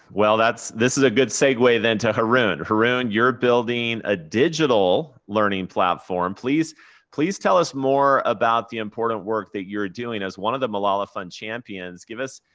well this this is a good segue then to haroon. haroon, you're building a digital learning platform. please please tell us more about the important work that you're doing. as one of the malala fund champions, give us,